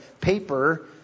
paper